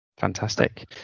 Fantastic